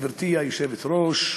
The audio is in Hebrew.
גברתי היושבת-ראש,